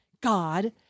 God